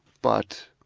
but